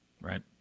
Right